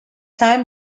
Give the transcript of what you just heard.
time